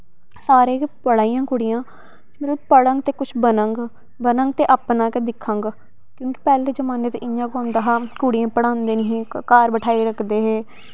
सारे गै पढ़ा दियां कुड़ियां मतलव पढ़ङन ते कुछ बनङन ते अपना गै दिक्खङन क्योकि पैह्ले जमाने ते इ'यां गै होंदा हा कुड़ियें पढ़ांदे नी हे घर बठाई रखदे हे